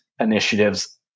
initiatives